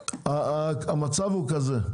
המצב הוא כזה,